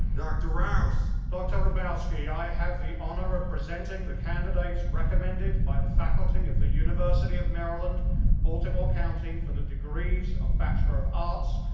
dr. rous. dr. hrabowski, i have the honor of presenting the candidates recommended by the faculty of the university of maryland baltimore county for the degrees of bachelor of arts,